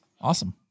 Awesome